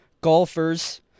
golfers